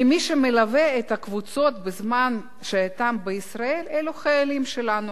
כי מי שמלווים את הקבוצות בזמן שהייתן בישראל אלו החיילים שלנו,